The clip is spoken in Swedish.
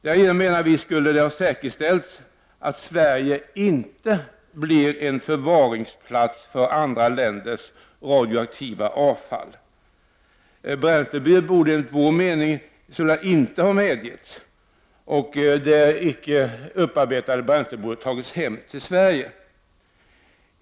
Därigenom skulle det ha säkerställts att Sverige inte blir en förvaringsplats för andra länders radioaktiva avfall. Bränsleutbytet borde således enligt vår mening inte ha medgivits, och det icke upparbetade bränslet borde ha tagits hem till Sverige.